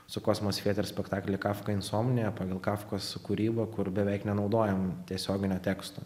su kosmos fieter spektaklį kafka insomnija pagal kafkos kūrybą kur beveik nenaudojam tiesioginio teksto